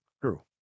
true